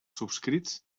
subscrits